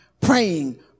praying